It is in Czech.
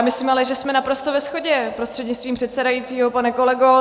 Myslím si ale, že jsme naprosto ve shodě, prostřednictvím předsedajícího pane kolego.